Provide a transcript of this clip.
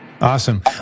Awesome